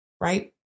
right